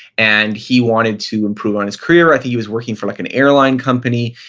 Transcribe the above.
and he wanted to improve on his career. i think he was working for like an airline company.